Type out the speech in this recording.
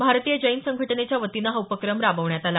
भारतीय जैन संघटनेच्या वतीनं हा उपक्रम राबवण्यात आला